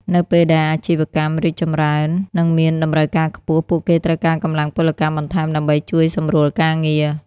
នៅពេលដែលអាជីវកម្មរីកចម្រើននិងមានតម្រូវការខ្ពស់ ពួកគេត្រូវការកម្លាំងពលកម្មបន្ថែមដើម្បីជួយសម្រួលការងារ។